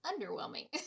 underwhelming